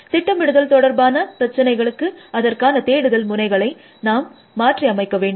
திட்டமிடுதல் தொடர்பான பிரச்சினைகளுக்கு அதற்கான தேடுதல் முனைகளை நாம் மாற்றி அமைக்க வேண்டும்